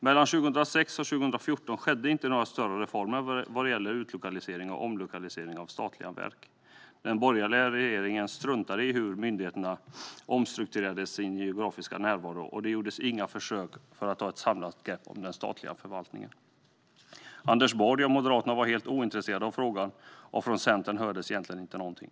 Mellan 2006 och 2014 skedde det inte några större reformer vad gäller utlokalisering och omlokalisering av statliga verk. Den borgerliga regeringen struntade i hur myndigheterna omstrukturerade sin geografiska närvaro, och det gjordes inga försök att ta ett samlat grepp om den statliga förvaltningen. Anders Borg och Moderaterna var helt ointresserade av frågan, och från Centern hördes det egentligen ingenting.